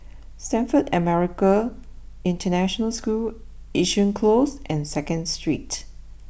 Stamford American International School Yishun close and second Street